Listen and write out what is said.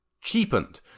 cheapened